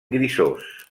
grisós